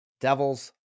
devil's